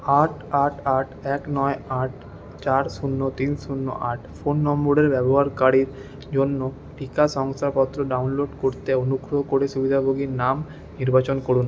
আট আট আট এক নয় আট চার শূন্য তিন শূন্য আট ফোন নম্বরের ব্যবহারকারীর জন্য টিকা শংসাপত্র ডাউনলোড করতে অনুগ্রহ করে সুবিধাভোগীর নাম নির্বাচন করুন